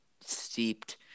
steeped